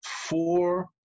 four